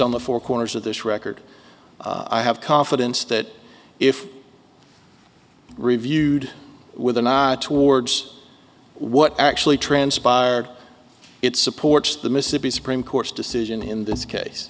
on the four corners of this record i have confidence that if reviewed with a nod towards what actually transpired it supports the mississippi supreme court's decision in this case